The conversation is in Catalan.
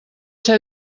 ser